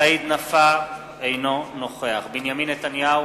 סעיד נפאע, אינו נוכח בנימין נתניהו,